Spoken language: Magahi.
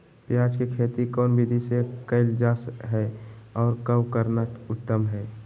प्याज के खेती कौन विधि से कैल जा है, और कब करना उत्तम है?